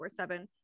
24-7